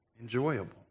enjoyable